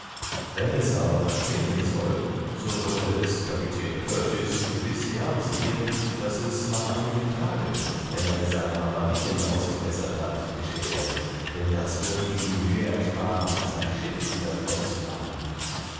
wenn es aber verschwinden soll so würde es kapitän kurtis gewiß gern sehen daß es nach einigen tagen wenn er seine havarien ausgebessert hat geschähe denn das würde ihm die mühe ersparen sein schiff wieder flott zu machen